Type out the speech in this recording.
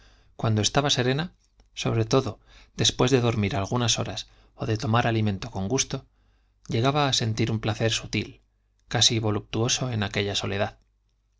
cuando estaba serena sobre todo después de dormir algunas horas o de tomar alimento con gusto llegaba a sentir un placer sutil casi voluptuoso en aquella soledad